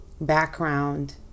background